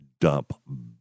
dump